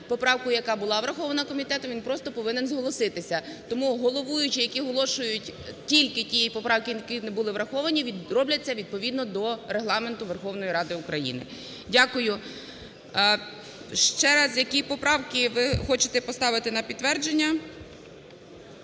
поправку, яка була врахована комітетом, він просто повинен зголоситися. Тому головуючі, які оголошують тільки ті поправки, які не були враховані, роблять це відповідно до Регламенту Верховної Ради України. Дякую. Ще раз, які поправки ви хочете поставити на підтвердження?